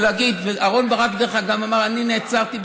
דרך אגב, אהרן ברק אמר: אני נעצרתי שם,